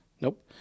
Nope